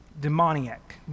demoniac